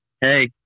hey